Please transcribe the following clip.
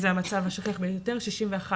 וזה המצב השכיח ביותר שתופס נתח באמת מרכזי.